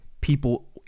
people